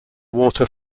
water